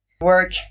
work